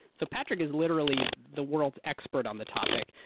so patrick is literally the world's expert on the topic,